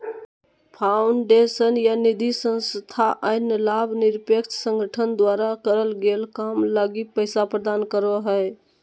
foundation या निधिसंस्था अन्य लाभ निरपेक्ष संगठन द्वारा करल गेल काम लगी पैसा प्रदान करो हय